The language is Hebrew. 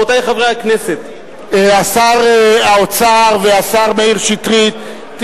שר האוצר והשר מאיר שטרית,